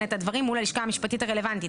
את הדברים מול הלשכה המשפטית הרלוונטית,